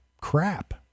crap